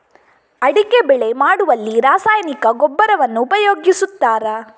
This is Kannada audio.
ಅಡಿಕೆ ಬೆಳೆ ಮಾಡುವಲ್ಲಿ ರಾಸಾಯನಿಕ ಗೊಬ್ಬರವನ್ನು ಉಪಯೋಗಿಸ್ತಾರ?